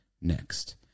next